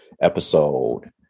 episode